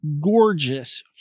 gorgeous